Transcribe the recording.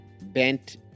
bent